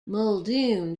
muldoon